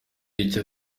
icyo